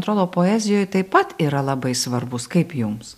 atrodo poezijoj taip pat yra labai svarbus kaip jums